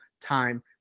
time